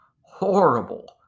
horrible